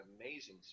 amazing